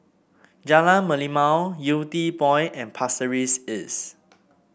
Jalan Merlimau Yew Tee Point and Pasir Ris East